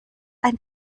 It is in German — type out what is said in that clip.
ein